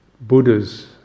Buddha's